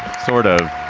sort of,